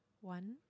One